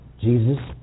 Jesus